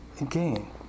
again